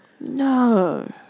No